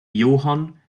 johann